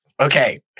Okay